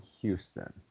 Houston